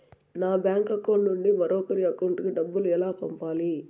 నా bank account నుండి మరొకరి అకౌంట్ కు డబ్బులు ఎలా పంపాలి